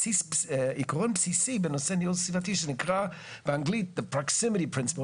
מעקרון בסיסי בנושא גיוס שנתי שנקרא באנגלית "The proximity principle",